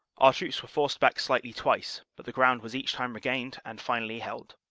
our troops were forced, back slightly twice, but the ground was each time regained and finally held.